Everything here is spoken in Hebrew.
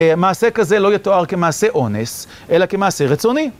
מעשה כזה לא יתואר כמעשה אונס, אלא כמעשה רצוני.